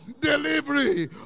delivery